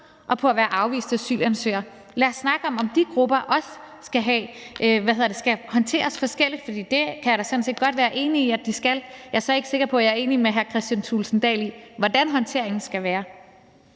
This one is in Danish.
og at være afvist asylansøger, og lad os snakke om, om de grupper også skal håndteres forskelligt, for det kan jeg da sådan set godt være enig i de skal. Jeg er så ikke sikker på, at jeg er enig med hr. Kristian Thulesen Dahl i, hvordan håndteringen skal være.